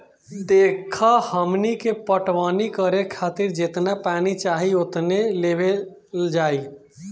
देखऽ हमनी के पटवनी करे खातिर जेतना पानी चाही ओतने लेवल जाई